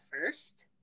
first